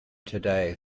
today